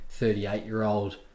38-year-old